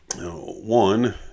One